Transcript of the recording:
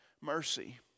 mercy